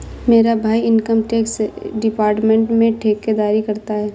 मेरा भाई income tax department में ठेकेदारी करता है